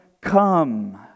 come